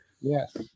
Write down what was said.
Yes